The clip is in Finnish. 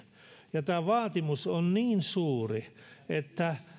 ja tämä vaatimus on niin suuri että